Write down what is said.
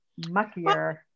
muckier